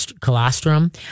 colostrum